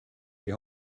die